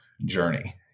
journey